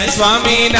Swami